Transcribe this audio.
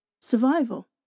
survival